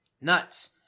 Nuts